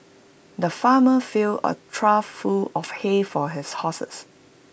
the farmer filled A trough full of hay for his horses